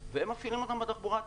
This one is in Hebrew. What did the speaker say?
והם מפעילים אותם בתחבורה הציבורית.